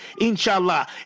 inshallah